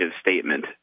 statement